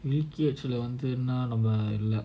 we kates lah வந்துஎன்னன்னாநாமஇல்ல:vandhu ennanna naama illa